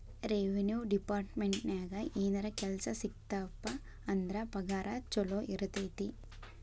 revenue ಡೆಪಾರ್ಟ್ಮೆಂಟ್ನ್ಯಾಗ ಏನರ ಕೆಲ್ಸ ಸಿಕ್ತಪ ಅಂದ್ರ ಪಗಾರ ಚೊಲೋ ಇರತೈತಿ